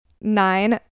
Nine